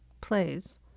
plays